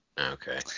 Okay